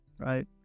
right